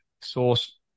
Source